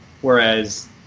Whereas